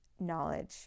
knowledge